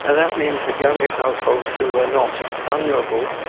and that means that younger households who are not vulnerable,